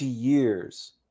years